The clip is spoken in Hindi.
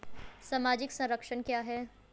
सामाजिक संरक्षण क्या है?